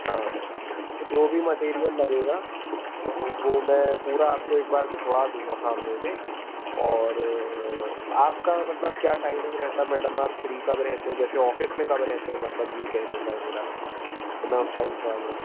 हाँ जो भी मटेरियल लगेगा तो वो मैं पूरा आपको को एक बार दिखवा दूँगा सामने से और आपका मतलब क्या टाइमिंग रहता मैडम आप फ़्री कब रहते हैं जैसे ऑफिस में कब रहते हैं मतलब ये कहने का है मेरा तो मैं उस टाइम पर आ जाऊँ